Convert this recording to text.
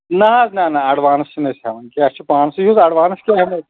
نہ حظ نہ نہ ایٚڈوانٔس چھِنہٕ أسۍ ہیٚوان اَسہِ چھُ پانسٕے حظ ایٚڈوانٔس کیٛاہ ہیٚمو